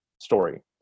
story